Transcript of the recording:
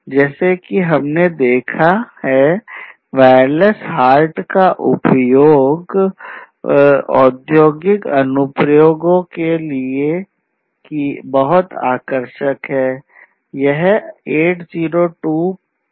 यह wireless heart के लिए बहुत आकर्षक हैं